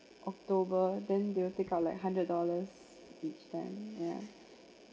october then they will take out like hundred dollars each month yeah